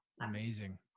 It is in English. Amazing